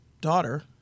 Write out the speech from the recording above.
daughter